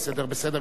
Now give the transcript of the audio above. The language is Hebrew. כן, כן.